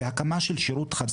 זו הקמה של שירות חדש.